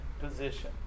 position